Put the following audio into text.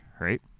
right